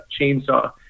chainsaw